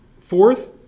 Fourth